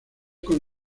con